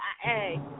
hey